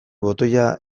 botoia